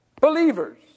Believers